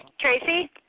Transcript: Tracy